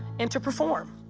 and to perform.